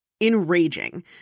Enraging